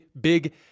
big